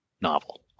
novel